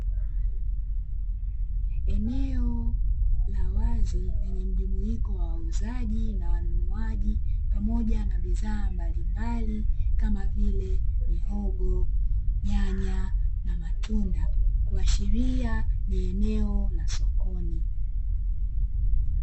Eneo la wazi lenye mjumuiko wa wauzaji na wanunuaji pamoja na bidhaa mbalimbali, kama vile: mihogo, nyanya na matunda, kuashiria ni eneo la sokoni.